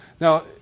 Now